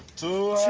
two